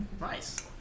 Nice